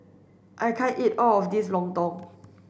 I can't eat all of this Lontong